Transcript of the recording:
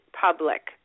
public